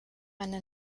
eine